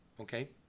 Okay